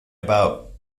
about